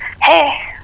hey